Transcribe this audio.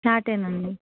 cat అండి